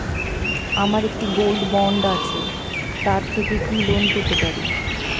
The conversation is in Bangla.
আমার একটি গোল্ড বন্ড আছে তার থেকে কি লোন পেতে পারি?